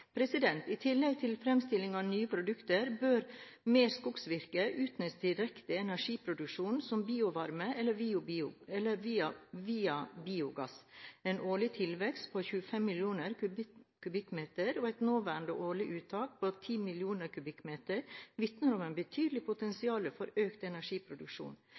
I tillegg til fremstilling av nye produkter, bør mer skogsvirke utnyttes til direkte energiproduksjon som biovarme eller via biogass. En årlig tilvekst på 25 millioner m3 og et nåværende årlig uttak på 10 millioner m3, vitner om et betydelig potensial for økt energiproduksjon.